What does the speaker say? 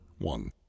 one